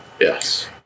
Yes